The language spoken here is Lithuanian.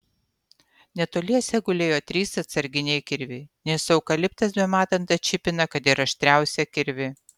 netoliese gulėjo trys atsarginiai kirviai nes eukaliptas bematant atšipina kad ir aštriausią kirvį